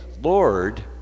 lord